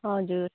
हजुर